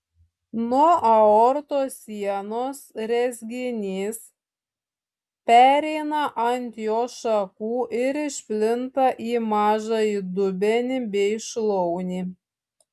nuo aortos sienos rezginys pereina ant jos šakų ir išplinta į mažąjį dubenį bei šlaunį